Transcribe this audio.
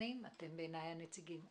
הוא מתחיל לפעול,